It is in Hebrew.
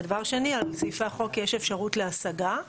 ודבר שני, על סעיפי החוק יש אפשרות להשגה.